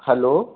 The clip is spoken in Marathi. हॅलो